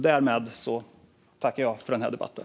Därmed tackar jag för den här debatten.